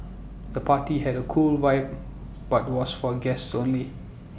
the party had A cool vibe but was for guests only